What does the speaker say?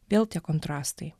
vėl tie kontrastai